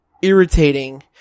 Irritating